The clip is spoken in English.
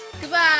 goodbye